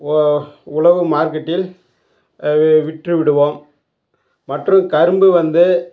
ஒ உழவு மார்க்கெட்டில் விற்று விடுவோம் மற்றும் கரும்பு வந்து